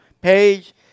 page